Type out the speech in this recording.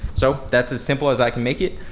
so that's as simple as i can make it,